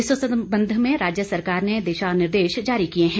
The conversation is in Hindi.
इस संबंध में राज्य सरकार ने दिशा निर्देश जारी कर दिए हैं